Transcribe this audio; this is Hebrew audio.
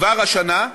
כבר השנה,